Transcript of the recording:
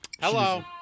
Hello